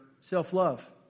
self-love